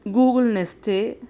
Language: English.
Google nest